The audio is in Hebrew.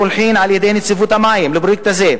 קולחין על-ידי נציבות המים לפרויקט הזה,